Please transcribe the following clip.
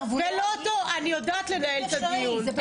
אני יודעת לנהל את הדיון, תודה.